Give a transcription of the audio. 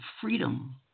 freedom